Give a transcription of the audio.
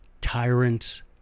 Tyrants